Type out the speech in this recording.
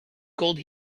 called